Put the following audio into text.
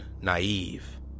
naive